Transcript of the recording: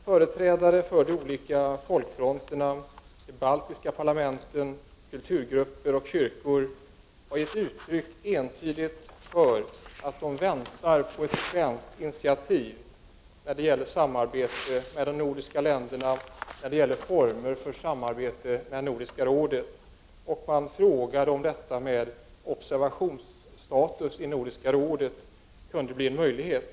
Företrädare för de olika folkfronterna, de baltiska parlamenten, kulturgrupper och kyrkor har entydigt givit uttryck för att de väntar på ett svenskt initiativ när det gäller samarbete med de nordiska länderna och när det gäller former för samarbete med Nordiska rådet. Man frågade om detta med observatörstatus i Nordiska rådet kunde bli en möjlighet.